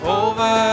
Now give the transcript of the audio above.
over